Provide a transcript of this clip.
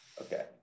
Okay